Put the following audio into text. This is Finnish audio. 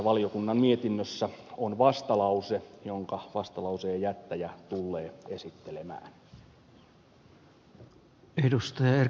valiokunnan mietinnössä on vastalause jonka vastalauseen jättäjä tullee esittelemään